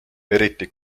eriti